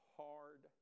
hard